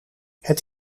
het